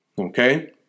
Okay